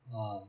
!wah!